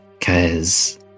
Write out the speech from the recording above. Cause-